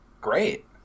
Great